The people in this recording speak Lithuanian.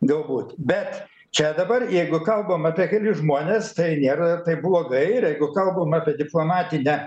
gal būt bet čia dabar jeigu kalbam apie kelis žmones tai nėra taip blogaiir jeigu kalbam apie diplomatinę